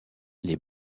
les